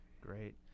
Great